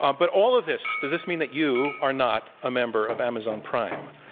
um but all of this does this mean that you are not a member of amazon prime?